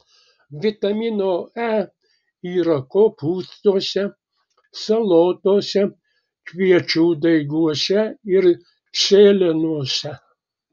vitamino e yra kopūstuose salotose kviečių daiguose ir sėlenose